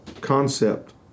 concept